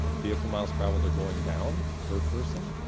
um vehicle miles traveled are going down per person,